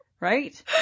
right